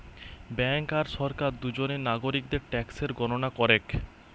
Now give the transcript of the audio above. bank আর সরকার দুজনেই নাগরিকদের ট্যাক্সের গণনা করেক